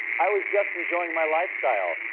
i was just enjoying my lifestyle.